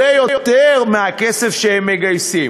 היא יותר מהכסף שהם מגייסים.